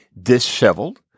disheveled